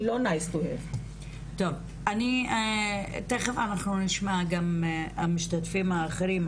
היא לא NICE TO HAVE. תכף אנחנו נשמע גם המשתתפים האחרים,